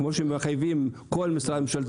כמו שמחייבים כל משרד ממשלתי,